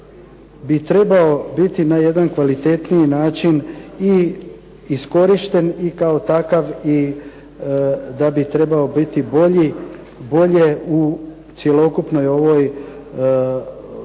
bi trebao biti na jedan kvalitetniji način i iskorišten, i kao takav i da bi trebao biti bolji, bolje u cjelokupnoj ovoj, u